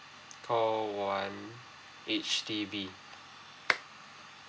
call one H_D_B